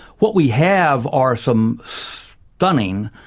what we have are some stunning,